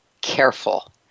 careful